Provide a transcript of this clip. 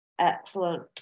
Excellent